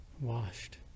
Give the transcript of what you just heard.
washed